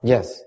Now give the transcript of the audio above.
Yes